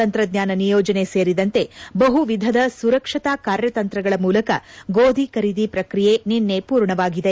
ತಂತ್ರಜ್ಞಾನ ನಿಯೋಜನೆ ಸೇರಿದಂತೆ ಬಹು ವಿಧಧ ಸುರಕ್ಷತಾ ಕಾರ್ಯತಂತ್ರಗಳ ಮೂಲಕ ಗೋಧಿ ಖರೀದಿ ಶ್ರಕ್ರಿಯೆ ನಿನ್ನೆ ಪೂರ್ಣವಾಗಿದೆ